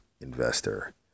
Investor